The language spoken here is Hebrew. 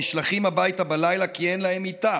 נשלחים הביתה בלילה כי אין להם מיטה.